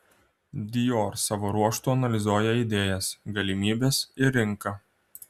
dior savo ruožtu analizuoja idėjas galimybes ir rinką